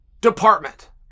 department